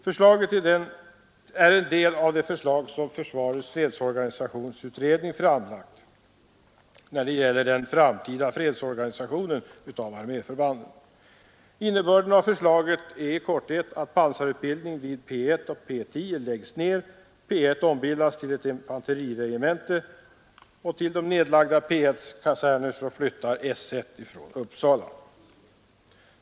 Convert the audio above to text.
Förslagen är en del av de förslag som försvarets fredsorganisationsutredning framlagt beträffande den framtida fredsorganisationen av arméförbanden. Innebörden av förslagen är att pansarutbildningen vid P 1 och P 10 läggs ned, P 10 ombildas till infanteriregemente och till det nedlagda P1:s kaserner flyttas § 1 från Uppsala.